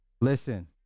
listen